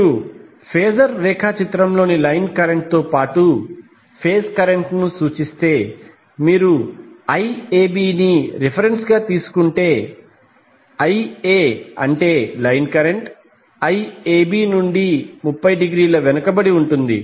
మీరు ఫేజర్ రేఖాచిత్రంలో line current తో పాటు ఫేజ్ కరెంట్ను సూచిస్తే మీరు IAB ని రిఫరెన్స్గా తీసుకుంటేIa అంటే లైన్ కరెంట్ IAB నుండి 30 డిగ్రీల వెనుకబడి ఉంటుంది